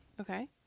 Okay